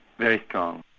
very strong.